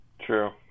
true